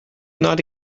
not